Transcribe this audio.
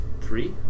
Three